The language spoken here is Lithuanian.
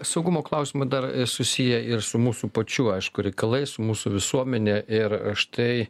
saugumo klausimai dar susiję ir su mūsų pačių aišku reikalais su mūsų visuomene ir štai